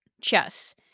chess